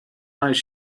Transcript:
eyes